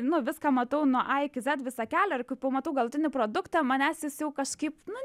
nu viską matau nuo a iki zed visą kelią ir pamatau galutinį produktą manęs jis jau kažkaip nu